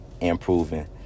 improving